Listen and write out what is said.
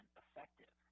effective